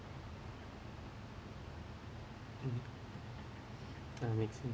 mm ah make sense